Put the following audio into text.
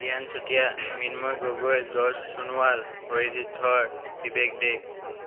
Hiren Chutia Mrinmoy Gogoi Joy Sonowal Arijit Dhar Bibek De'